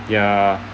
ya